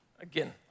Again